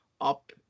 up